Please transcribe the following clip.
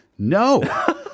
No